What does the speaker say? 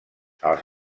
els